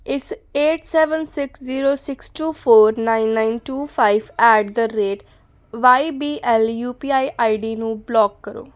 ਇਸ eight seven six zero six two four nine nine two five eight ਦਾ rate Y B L U P I I D ਨੂੰ block ਕਰੋ